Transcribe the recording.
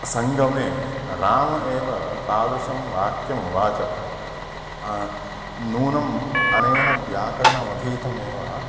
सङ्गमे राम एव तादृशं वाक्यमुवाच नूनम् अनेन व्याकरणम् अधीतमेव